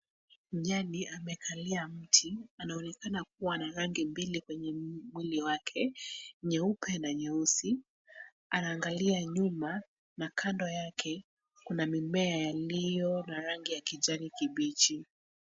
Nyani amekalia mti. Anaonekana kuwa na rangi mbili kwenye mwili wake, nyeupe na nyeusi. Anaangalia nyuma na kando yake kuna mimea yaliyo na rangi ya kijani kibichi.